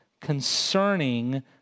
concerning